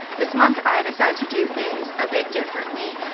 this month i decided to do things a bit differently.